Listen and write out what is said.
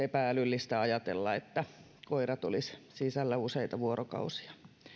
epä älyllistä ajatella että koirat olisivat sisällä useita vuorokausia